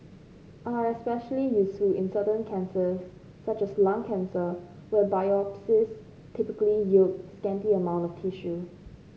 are especially useful in certain cancers such as lung cancer where biopsies typically yield scanty amount of tissue